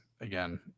again